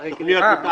ליישובי.